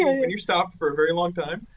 you know when you're stopped for a very long time.